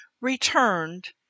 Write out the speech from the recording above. returned